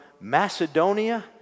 Macedonia